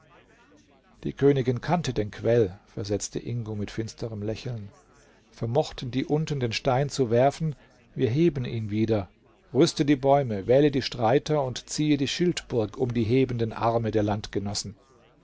die königin kannte den quell versetzte ingo mit finsterem lächeln vermochten die unten den stein zu werfen wir heben ihn wieder rüste die bäume wähle die streiter und ziehe die schildburg um die hebenden arme der